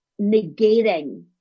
negating